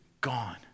gone